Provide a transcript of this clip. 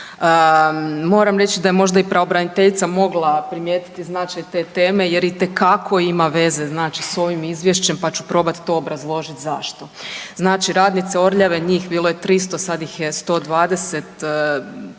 Moram reći da je možda i pravobraniteljica mogla primijetiti značaj te teme jer itekako ima veze s ovim izvješćem pa ću probat to obrazložit zašto. Znači radnice „Orljave“ njih je bilo 300 sad ih je 120